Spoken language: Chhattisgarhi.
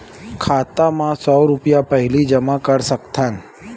खाता मा सौ रुपिया पहिली जमा कर सकथन?